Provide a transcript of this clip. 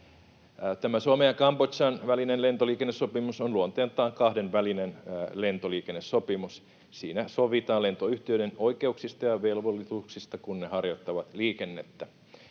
Suomen ja Kambodžan välinen lentoliikennesopimus on luonteeltaan kahdenvälinen lentoliikennesopimus. Siinä sovitaan lentoyhtiöiden oikeuksista ja velvollisuuksista, kun ne harjoittavat liikennettä.